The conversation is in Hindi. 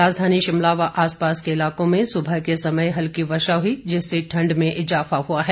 राजधानी शिमला व आसपास के इलाकों में सुबह के समय हल्की वर्षा हुई जिससे ठंड में इजाफा हुआ है